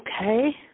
Okay